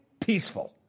peaceful